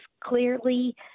clearly